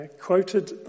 quoted